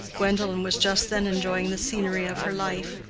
gwendolen was just then enjoying the scenery of her life.